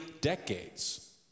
decades